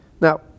Now